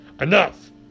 ENOUGH